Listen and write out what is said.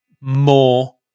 more